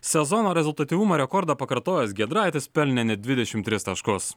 sezono rezultatyvumo rekordą pakartojęs giedraitis pelnė net dvidešimt tris taškus